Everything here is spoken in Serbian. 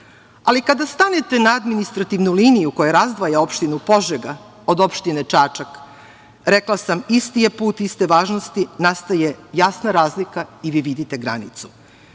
asfalta. Kada stanete na administrativnu liniju koja razdvaja opštinu Požega kod opštine Čačak, rekla sam, isti je put i iste važnosti, nastaje jasna razlika i vi vidite granicu.